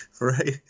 right